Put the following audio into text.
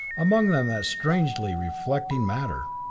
among them that strangely reflecting matter.